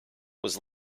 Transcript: was